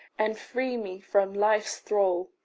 and free me from life's thrall.